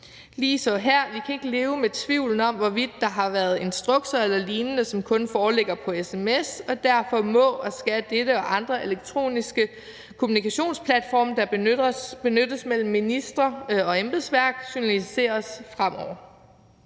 Ligeså her kan vi ikke leve med tvivlen om, hvorvidt der har været instrukser eller lignende, som kun foreligger på sms, og derfor må og skal dette og andre elektroniske kommunikationsplatforme, der benyttes mellem ministre og embedsværk, journaliseres fremover.